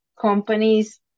companies